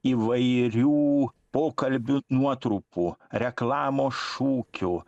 įvairių pokalbių nuotrupų reklamos šūkių